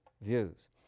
views